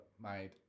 made